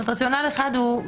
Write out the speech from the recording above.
רציונל אחד הוא,